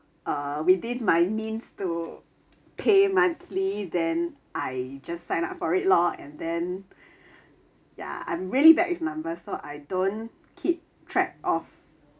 uh within my means to pay monthly then I just sign up for it lor and then ya I'm really bad with number so I don't keep track of